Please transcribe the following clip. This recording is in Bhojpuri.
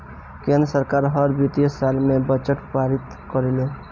केंद्र सरकार हर वित्तीय साल में बजट पारित करेले